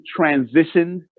transitioned